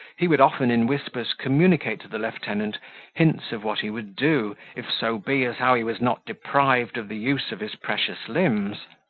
he would often in whispers communicate to the lieutenant hints of what he would do if so be as how he was not deprived of the use of his precious limbs.